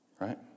Right